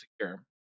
secure